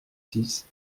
six